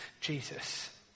Jesus